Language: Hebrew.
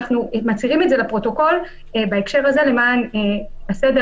אנחנו מצהירים את זה לפרוטוקול בהקשר הזה למען הסדר